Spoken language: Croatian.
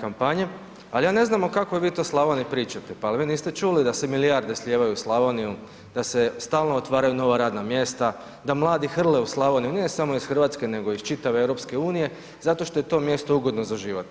kampanji, ali ja ne znam o kakvoj vi to Slavoniji pričati, pa jel vi niste čuli da se milijarde slijevaju u Slavoniju, da se stalno otvaraju nova radna mjesta, da mladi hrle u Slavoniju, nije samo iz Hrvatske nego iz čitave EU zato što je to mjesto ugodno za život.